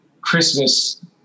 Christmas